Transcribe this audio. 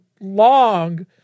long